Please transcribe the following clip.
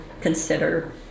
consider